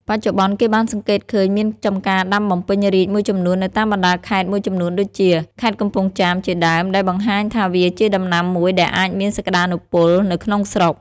បច្ចុប្បន្ន គេបានសង្កេតឃើញមានចំការដាំបំពេញរាជមួយចំនួននៅតាមបណ្តាខេត្តមួយចំនួនដូចជា ខេត្តកំពង់ចាម ជាដើម ដែលបង្ហាញថាវាជាដំណាំមួយដែលអាចមានសក្តានុពលនៅក្នុងស្រុក។